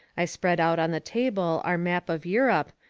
i spread out on the table our map of europe,